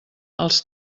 els